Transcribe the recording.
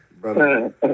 brother